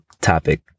topic